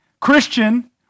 Christian